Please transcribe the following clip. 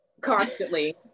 constantly